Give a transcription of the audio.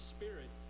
Spirit